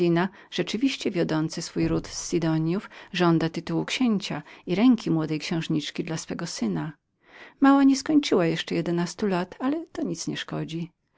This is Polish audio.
medina rzeczywiście wiodący swój ród z sidoniów żąda tytułu księcia i ręki młodej księżniczki dla swego syna mała nie skończyła jeszcze jedenastu lat ale to nic nie szkodzi